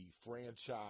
franchise